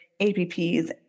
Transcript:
APPs